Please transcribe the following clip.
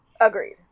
Agreed